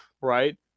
right